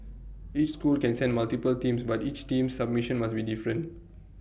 each school can send multiple teams but each team's submission must be different